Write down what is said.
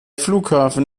flughafen